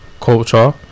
culture